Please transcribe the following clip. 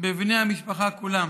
בבני המשפחה כולם.